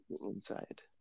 inside